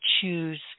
choose